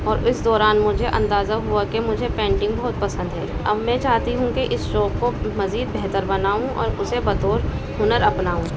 اور اس دوران مجھے اندازہ ہوا کہ مجھے پینٹنگ بہت پسند ہے اب میں چاہتی ہوں کہ اس شوق کو مزید بہتر بناؤں اور اسے بطور ہنر اپناؤں